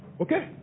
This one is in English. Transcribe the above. Okay